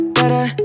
better